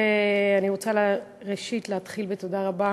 אני רוצה להתחיל בתודה רבה